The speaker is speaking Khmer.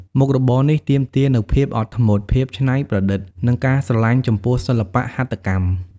មុខរបរនេះទាមទារនូវភាពអត់ធ្មត់ ភាពច្នៃប្រឌិត និងការស្រលាញ់ចំពោះសិល្បៈហត្ថកម្ម។